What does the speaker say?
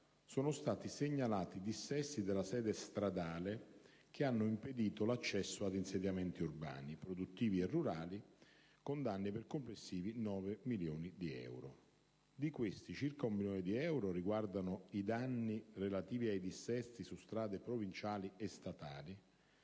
sono stati segnalati dissesti della sede stradale che hanno impedito l’accesso ad insediamenti urbani, produttivi e rurali con danni per complessivi 9 milioni di euro. Di questi, circa 1 milione di curo riguardano i danni relativi ai dissesti su strade provinciali e statali,